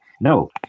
No